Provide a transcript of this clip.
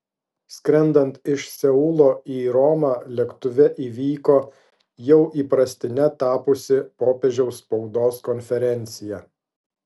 skrendant iš seulo į romą lėktuve įvyko jau įprastine tapusi popiežiaus spaudos konferencija